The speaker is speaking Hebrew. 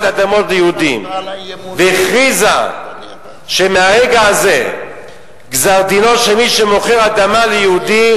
אדמות ליהודים והכריזה שמהרגע הזה גזר-דינו של מי שמוכר אדמה ליהודי,